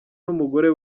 n’umugore